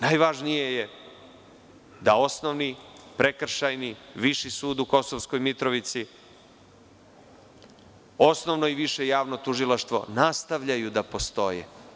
Najvažnije je da osnovni, prekršajni, viši sud u Kosovskoj Mitrovici, osnovno i više javno tužilaštvo nastavljaju da postoje.